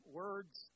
words